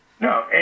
No